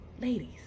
ladies